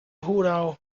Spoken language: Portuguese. rural